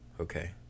Okay